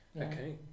Okay